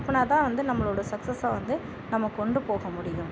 அப்படினாதான் வந்து நம்மளோட சக்சஸை வந்து நம்ம கொண்டு போக முடியும்